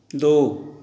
ਦੋ